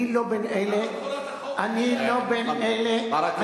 אני לא מאלה, אבל למה תחולת החוק לא נדחתה?